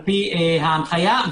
לפי ההנחיה.